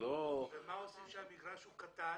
ומה עושים כשהמגרש הוא קטן?